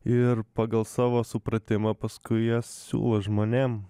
ir pagal savo supratimą paskui jie siūlo žmonėm